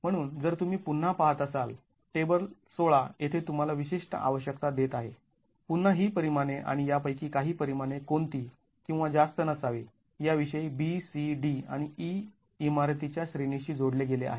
म्हणून जर तुम्ही पुन्हा पहात असाल टेबल १६ येथे तुम्हाला विशिष्ट आवश्यकता देत आहे पुन्हा ही परिमाणे आणि यापैकी काही परिमाणे कोणती किंवा जास्त नसावीत याविषयी B C D आणि E इमारतीच्या श्रेणीशी जोडले गेले आहेत